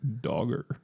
Dogger